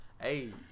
Hey